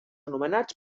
anomenats